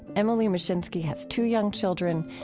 emily muschinske has two young children,